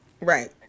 Right